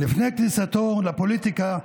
לפני כניסתו לפוליטיקה,